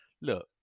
look